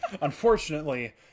Unfortunately